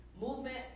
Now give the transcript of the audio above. movement